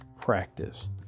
practice